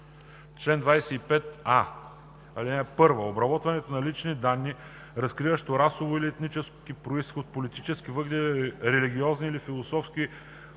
чл. 25а: „Чл. 25а. (1) Обработването на лични данни, разкриващо расов или етнически произход, политически възгледи, религиозни или философски